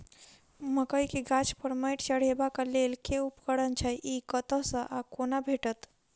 मकई गाछ पर मैंट चढ़ेबाक लेल केँ उपकरण छै? ई कतह सऽ आ कोना भेटत?